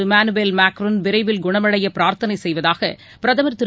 Emmanuel Macron விரைவில் குணமடைய பிரார்த்தனை செய்வதாக பிரதமர் திரு